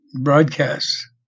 broadcasts